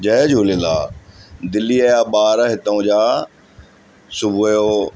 जय झूलेलाल दिल्लीअ जा ॿार हितो जा सुबुह जो